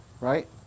right